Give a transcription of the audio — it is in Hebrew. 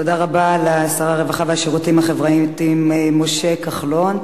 תודה רבה לשר הרווחה והשירותים החברתיים משה כחלון.